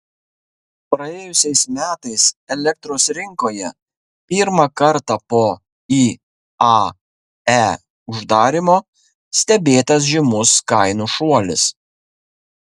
praėjusiais metais elektros rinkoje pirmą kartą po iae uždarymo stebėtas žymus kainų šuolis